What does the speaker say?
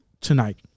tonight